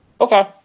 Okay